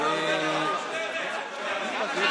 אין פה כלום.